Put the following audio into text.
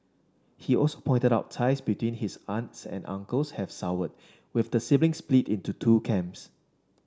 he also pointed out ties between his aunts and uncles have soured with the siblings split into two camps